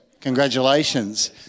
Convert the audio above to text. Congratulations